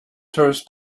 tourists